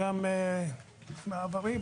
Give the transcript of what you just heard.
בעברי,